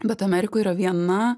bet amerikoj yra viena